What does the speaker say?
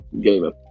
gamer